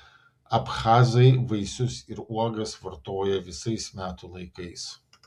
abchazai vaisius ir uogas vartoja visais metų laikais